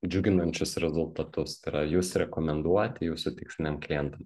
džiuginančius rezultatus tai yra jus rekomenduoti jūsų tiksliniam klientam